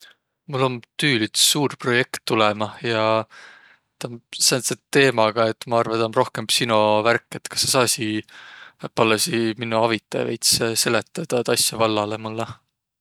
Mul om tüül üts suur projekt tulõmah ja taa om sääntse teemaga, et maq arva, taa om rohkõmb sino värk. Et kas saq saasiq, pallõsi, minno avitaq veits seletaq taad asja vallalõ mullõ?